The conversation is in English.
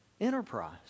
Enterprise